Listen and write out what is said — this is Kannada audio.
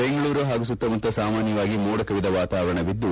ಬೆಂಗಳೂರು ಹಾಗೂ ಸುತ್ತಮುತ್ತ ಸಾಮಾನ್ಯವಾಗಿ ಮೋಡ ಕವಿದ ವಾತಾವರಣವಿದ್ದು